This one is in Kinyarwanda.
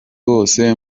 wose